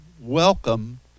welcome